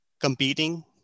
competing